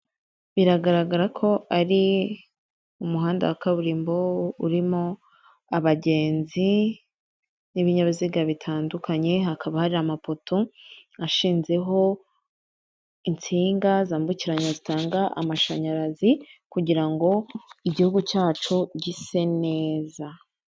Biragaragara ko ari umuhanda wa kaburimbo urimo abagenzi n'ibinyabiziga bitandukanye hakaba hari amapoto ashinzeho insinga zambukiranya zitanga amashanyarazi kugira ngo igihugu cyacu gise neza .